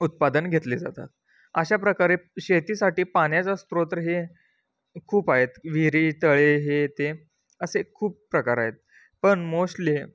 उत्पादन घेतले जातात अशा प्रकारे शेतीसाठी पाण्याचा स्त्रोत्र हे खूप आहेत विहिरी तळे हे ते असे खूप प्रकार आहेत पण मोश्टली